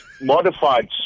modified